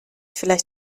vielleicht